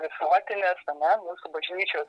visuotinės ane mūsų bažnyčios